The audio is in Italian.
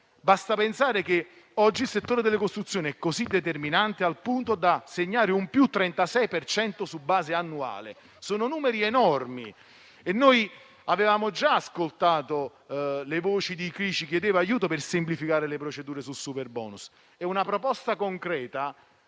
Basta pensare che oggi il settore delle costruzioni è così determinante al punto da segnare un più 36 per cento su base annuale: sono numeri enormi. Avevamo già ascoltato le voci di chi ci chiedeva aiuto per semplificare le procedure sul superbonus e una proposta concreta